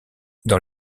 dans